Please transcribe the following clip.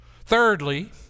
Thirdly